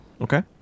okay